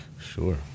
Sure